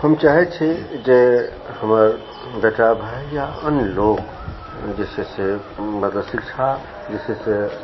हम चाही जे हमर बेटा भाइ या अन्य लोग जे छै से मतलब शिक्षा जे छै से